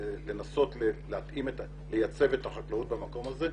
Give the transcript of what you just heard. לנסות לייצב את החקלאות במקום הזה,